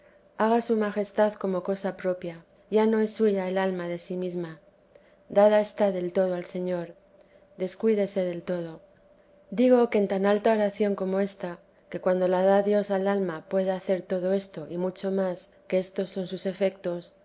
haga su majestad como cosa propia ya no es suya el alma de sí mesma dada está del todo al señor descuídese del todo digo que en tan alta oración como ésta que cuando la da dios al alma puede hacer todo esto y mucho más que estos son sus efectos